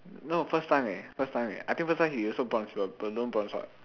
no first time eh first time eh I think first time he also bronze but don't don't know bronze what